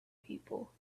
people